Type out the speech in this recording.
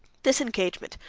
this engagement,